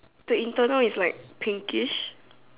the internal is like pinkish